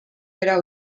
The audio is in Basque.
behera